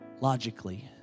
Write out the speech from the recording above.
logically